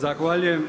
Zahvaljujem.